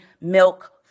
milk